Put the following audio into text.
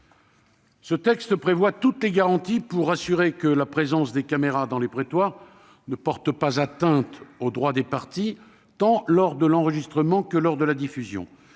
Le texte prévoit toutes les garanties pour assurer que la présence des caméras dans les prétoires ne porte pas atteinte aux droits des parties, tant lors de l'enregistrement que lors de la diffusion.